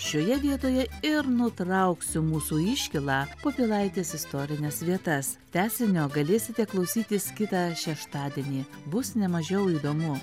šioje vietoje ir nutrauksiu mūsų iškylą po pilaitės istorines vietas tęsinio galėsite klausytis kitą šeštadienį bus ne mažiau įdomu